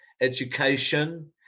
education